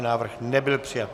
Návrh nebyl přijat.